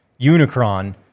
Unicron